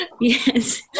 Yes